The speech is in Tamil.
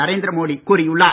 நரேந்திர மோடி கூறியுள்ளார்